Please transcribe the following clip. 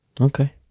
okay